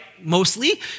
Mostly